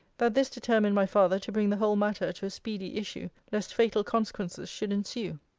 that this determined my father to bring the whole matter to a speedy issue, lest fatal consequences should ensue.